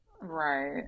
Right